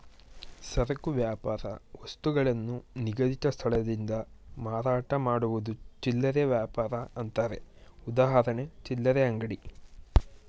ಸರಕು ವ್ಯಾಪಾರ ವಸ್ತುಗಳನ್ನು ನಿಗದಿತ ಸ್ಥಳದಿಂದ ಮಾರಾಟ ಮಾಡುವುದು ಚಿಲ್ಲರೆ ವ್ಯಾಪಾರ ಅಂತಾರೆ ಉದಾಹರಣೆ ಚಿಲ್ಲರೆ ಅಂಗಡಿ